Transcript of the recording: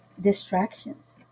distractions